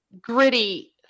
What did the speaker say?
gritty